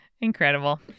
Incredible